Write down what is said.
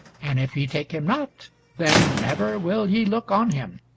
and if ye take him not then, never will ye look on him.